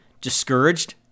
discouraged